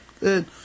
Good